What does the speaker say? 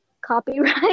copyright